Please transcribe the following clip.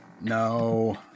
No